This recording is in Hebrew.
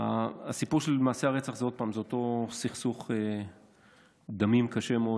הסיפור של מעשי הרצח זה אותו סכסוך דמים קשה מאוד